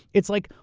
it's like,